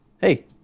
Hey